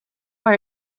our